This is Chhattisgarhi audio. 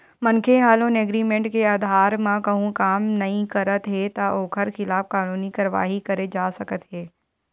मनखे ह लोन एग्रीमेंट के अधार म कहूँ काम नइ करत हे त ओखर खिलाफ कानूनी कारवाही करे जा सकत हे